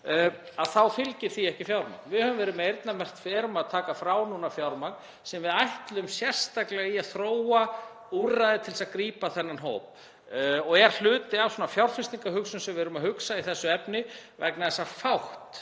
þá fylgir því ekki fjármagn. Við höfum verið með eyrnamerkt og erum að taka frá fjármagn sem við ætlum sérstaklega í að þróa úrræði til að grípa þennan hóp. Það er hluti af svona fjárfestingarhugsun sem við erum að hugsa í þessu efni vegna þess að fátt